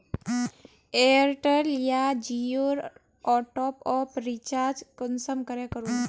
Airtel या जियोर top up recharge कुंसम करे करूम?